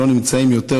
לא נמצאים ביותר